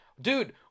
Dude